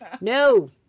No